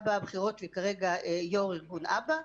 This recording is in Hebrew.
בבחירות והיא כרגע יו"ר ארגון "אבא".